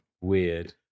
Weird